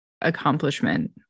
accomplishment